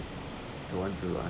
the one to